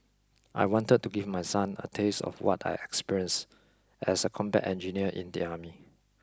I wanted to give my son a taste of what I experienced as a combat engineer in the army